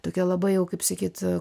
tokia labai jau kaip sakyt